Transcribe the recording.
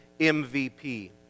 MVP